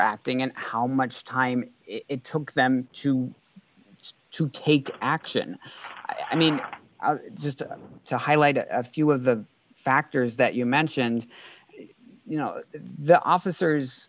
acting and how much time it took them to to take action i mean just to highlight a few of the factors that you mentioned you know the officers